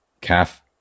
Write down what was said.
calf